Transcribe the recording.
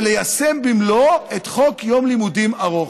ליישם במלואו את חוק יום לימודים ארוך.